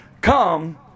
come